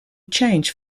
change